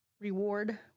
reward